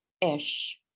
ish